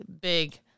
big